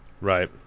Right